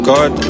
God